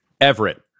Everett